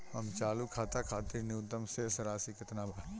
हमर चालू खाता खातिर न्यूनतम शेष राशि केतना बा?